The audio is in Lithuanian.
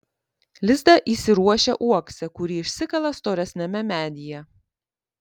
lizdą įsiruošia uokse kurį išsikala storesniame medyje